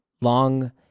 long